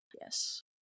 Yes